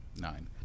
nine